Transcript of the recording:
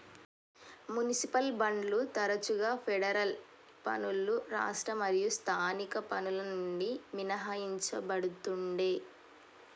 municipal బాండ్లు తరచుగా federal పన్నులు రాష్ట్ర మరియు స్థానిక పన్నుల నుండి మినహాయించబడతుండే